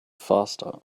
faster